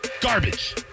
Garbage